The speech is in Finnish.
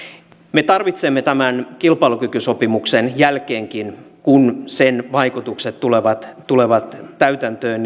me tarvitsemme tämän kilpailukykysopimuksen jälkeenkin kun sen vaikutukset tulevat tulevat täytäntöön